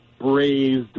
braised